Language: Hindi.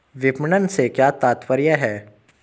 विपणन से क्या तात्पर्य है?